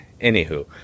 anywho